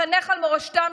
לחנך על מורשתם,